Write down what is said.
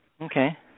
Okay